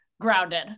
grounded